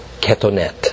ketonet